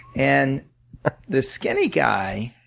and the skinny guy